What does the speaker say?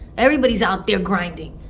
everybody's out there grinding.